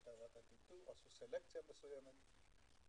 ועשו סלקציה מסוימת.